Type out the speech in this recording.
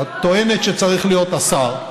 שאת טוענת שזה צריך להיות השר,